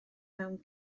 mewn